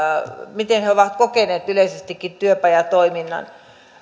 miten he ovat kokeneet yleisestikin työpajatoiminnan